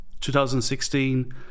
2016